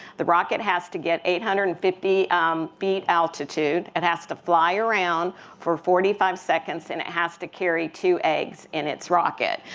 the rocket has to get eight hundred and fifty feet altitude. it and has to fly around for forty five seconds and it has to carry two eggs in its rocket.